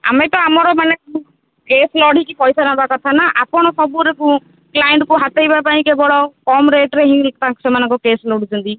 ଆମେ ତ ଆମର ମାନେ କେସ୍ ଲଢ଼ିକି ପଇସା ନେବା କଥା ନା ଆପଣ ସବୁରେ କ୍ଲାଏଣ୍ଟକୁ ହାତେଇବା ପାଇଁ କେବଳ କମ୍ ରେଟ୍ରେ ହିଁ ସେମାନଙ୍କ କେସ୍ ଲଢ଼ୁଛନ୍ତି